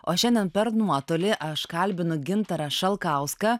o šiandien per nuotolį aš kalbinu gintarą šalkauską